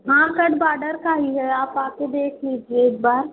हाँ cut border का ही है आप आ कर देख लीजिए एक बार